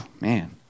Man